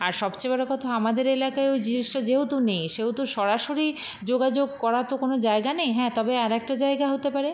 আর সবচেয়ে বড় কথা আমাদের এলাকায় ওই যেহেতু নেই সেহেতু সরাসরি যোগাযোগ করা তো কোনো জায়গা নেই হ্যাঁ তবে আরেকটা জায়গা হতে পারে